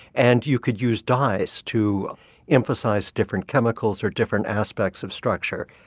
and you could use dyes to emphasise different chemicals or different aspects of structure.